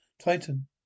titan